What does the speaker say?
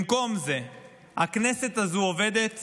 במקום זה הכנסת הזו עובדת